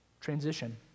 Transition